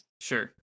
Sure